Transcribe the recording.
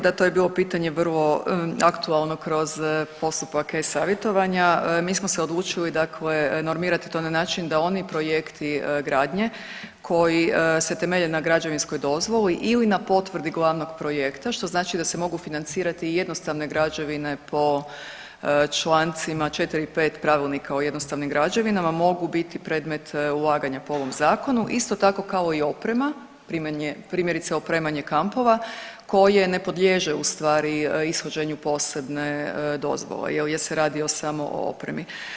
Da, to je bilo pitanje vrlo aktualno kroz postupak e-savjetovanja, mi smo se odlučili normirati to na način da oni projekti gradnje koji se temelje na građevinskoj dozvoli ili na potvrdi glavnog projekta, što znači da se mogu financirati jednostavne građevine po čl. 4. i 5. Pravilnika o jednostavnim građevinama mogu biti predmet ulaganja po ovom zakonu, isto tako kao i oprema, primjerice opremanje kampova koje ne podliježe ustvari ishođenju posebne dozvole jel se radi samo o opremi.